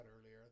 earlier